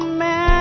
man